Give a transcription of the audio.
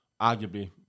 arguably